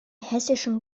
hessischen